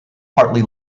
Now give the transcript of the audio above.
hartley